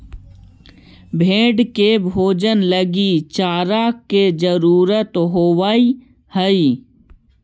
भेंड़ के भोजन लगी चारा के जरूरत होवऽ हइ